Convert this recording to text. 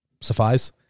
suffice